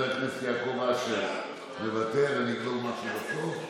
חבר הכנסת יעקב אשר, מוותר, אני אגיד משהו בסוף,